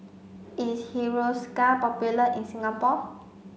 is Hiruscar popular in Singapore